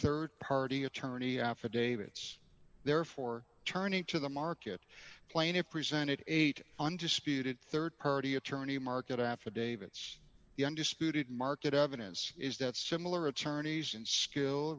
rd party attorney affidavits therefore turning to the market plaintiffs presented eight undisputed rd party attorney market affidavits the undisputed market evidence is that similar attorneys in skill